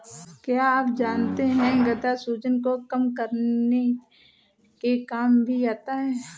क्या आप जानते है गदा सूजन को कम करने के काम भी आता है?